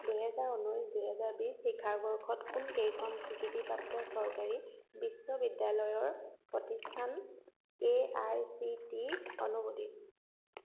দুহেজাৰ ঊনৈছ দুহেজাৰ বিছ শিক্ষাবৰ্ষত কোনকেইখন স্বীকৃতিপ্ৰাপ্ত চৰকাৰী বিশ্ববিদ্যালয়ৰ প্ৰতিষ্ঠান A I C T E অনুমোদিত